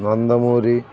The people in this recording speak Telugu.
నందమూరి